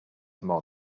more